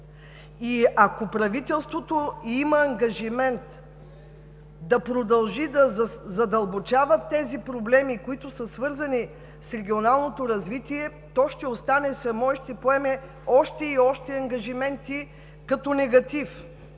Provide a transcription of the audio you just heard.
Ако правителството има ангажимент да продължи да задълбочава тези проблеми, които са свързани с регионалното развитие, то ще остане само и ще поеме още и още ангажименти като негатив.